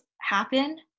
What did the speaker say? happen